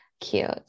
cute